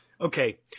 Okay